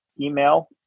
email